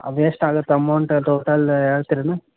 ಅದೆಷ್ಟು ಆಗತ್ತೆ amount total ಹೇಳ್ತೀರ ಏನು